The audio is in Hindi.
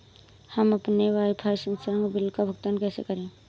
हम अपने वाईफाई संसर्ग बिल का भुगतान कैसे करें?